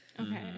Okay